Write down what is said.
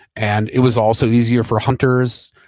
and it was also easier for hunters,